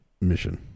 Mission